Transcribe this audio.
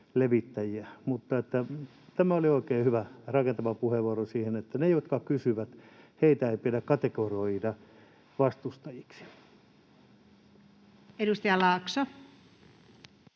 Tämä oli oikein hyvä, rakentava puheenvuoro siitä, että niitä, jotka kysyvät, ei pidä kategorisoida vastustajiksi. Edustaja Laakso.